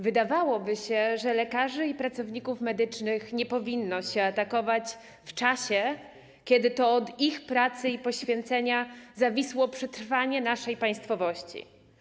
Wydawałoby się, że lekarzy i pracowników medycznych nie powinno się atakować w czasie, kiedy to od ich pracy i poświęcenia zawisło przetrwanie naszej państwowości.